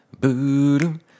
boom